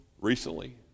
recently